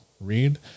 read